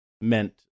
meant